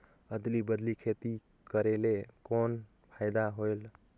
अदली बदली खेती करेले कौन फायदा होयल?